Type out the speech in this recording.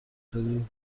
خیلی